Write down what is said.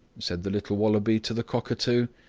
said the little wallaby to the cockatoo.